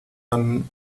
han